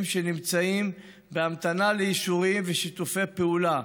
שנמצאים בהמתנה לאישורים ושיתופי פעולה,